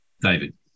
David